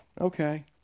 Okay